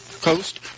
coast